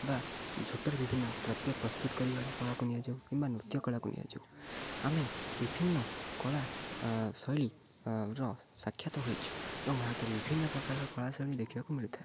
ବା ଝୋଟରେ ବିଭିନ୍ନ ଦ୍ରବ୍ୟ ପ୍ରସ୍ତୁତ କରିବାର କଳା କୁ ନିଆଯାଉ କିମ୍ବା ନୃତ୍ୟ କଳା କୁ ନିଆଯାଉ ଆମେ ବିଭିନ୍ନ କଳା ଶୈଳୀର ସାକ୍ଷାତ ହୋଇଛୁ ଏବଂ ଭାରତରେ ବିଭିନ୍ନ ପ୍ରକାରର କଳା ଶୈଳୀ ଦେଖିବାକୁ ମିଳିଥାଏ